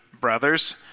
brothers